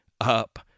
up